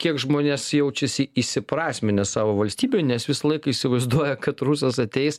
kiek žmonės jaučiasi įsiprasminę savo valstybėj nes visą laiką įsivaizduoja kad rusas ateis